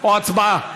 או הצבעה?